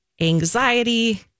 anxiety